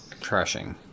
crashing